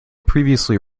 previously